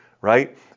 right